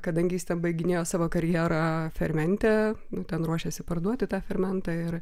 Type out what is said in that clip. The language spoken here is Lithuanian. kadangi jis ten baiginėjo savo karjerą fermente nu ten ruošėsi parduoti tą fermentą ir